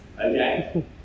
Okay